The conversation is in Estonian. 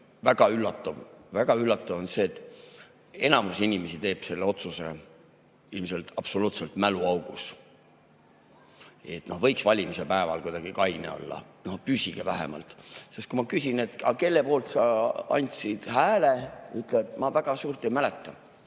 väga üllatav? Väga üllatav on see, et enamik inimesi teeb selle otsuse ilmselt absoluutses mäluaugus. No võiks valimispäeval kuidagi kaine olla. Püsige vähemalt! Sest kui ma küsin, et kelle poolt sa andsid hääle, siis nad ütlevad: "Ma väga, suurt ei mäleta."